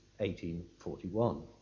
1841